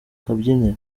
kabyiniro